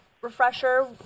refresher